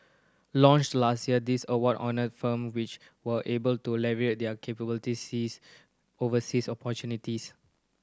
launched last year this award honour firm which were able to leverage their capabilities seize overseas opportunities